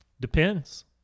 Depends